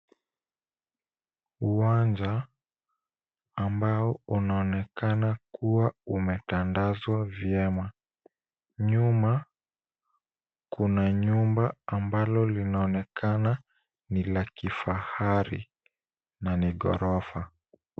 Uwanja ambao unaonekana kuwa umetandazwa vyema. Nyuma kuna nyumba ambalo linaonekana ni la kifahari na ni ghorofa.